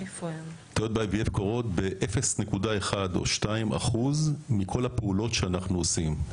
טעויות ב-IVF קורות ב-0.1%-0.2% מכלל הפעולות שאנחנו עושים.